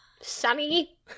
Sunny